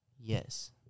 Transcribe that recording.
Yes